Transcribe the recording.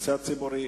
הנושא הציבורי,